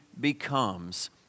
becomes